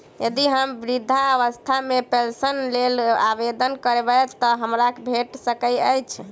यदि हम वृद्धावस्था पेंशनक लेल आवेदन करबै तऽ हमरा भेट सकैत अछि?